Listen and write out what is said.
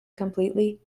completely